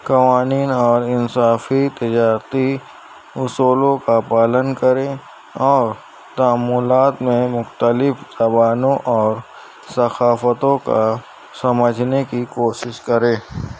قوانین اور انصافی تجارتی اصولوں کا پالن کریں اور تاملات میں مختلف زبانوں اور ثقافتوں کا سمجھنے کی کوشش کریں